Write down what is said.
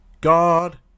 God